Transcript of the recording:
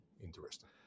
interesting